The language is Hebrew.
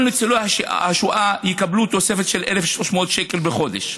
כל ניצולי השואה יקבלו תוספת של 1,300 שקל בחודש,